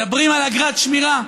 מדברים על אגרת שמירה,